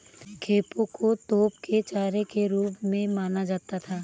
खेपों को तोप के चारे के रूप में माना जाता था